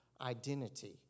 identity